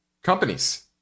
companies